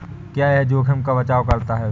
क्या यह जोखिम का बचाओ करता है?